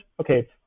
Okay